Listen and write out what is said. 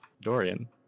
Dorian